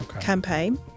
campaign